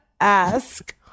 ask